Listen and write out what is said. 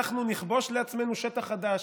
אנחנו נכבוש לעצמנו שטח חדש.